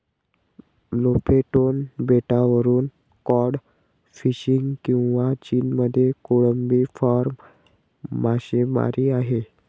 Lofoten बेटावरून cod fishing किंवा चीनमध्ये कोळंबी फार्म मासेमारी आहे